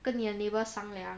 跟你的 neighbour 商量